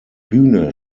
bühne